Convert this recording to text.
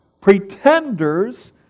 Pretenders